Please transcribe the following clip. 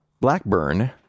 Blackburn